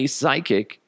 psychic